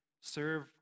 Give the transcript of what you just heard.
serve